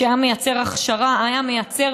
שהיה מייצר